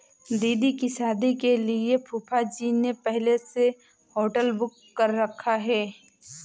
दीदी की शादी के लिए फूफाजी ने पहले से होटल बुक कर रखा है